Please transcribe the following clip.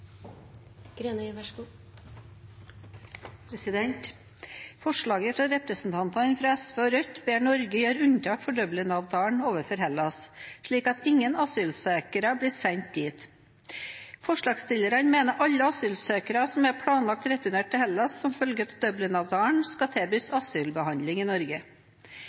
Forslaget fra representanter fra SV og Rødt ber Norge gjøre unntak fra Dublin-avtalen overfor Hellas, slik at ingen asylsøkere blir sendt dit. Forslagsstillerne mener alle asylsøkere som er planlagt returnert til Hellas som følge av Dublin-avtalen, skal tilbys asylbehandling i Norge. Som forslagsstillerne viser til, er Dublin-avtalen et samarbeid mellom EU-landene, Sveits, Island, Liechtenstein og Norge